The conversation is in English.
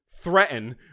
threaten